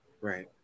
Right